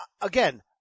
again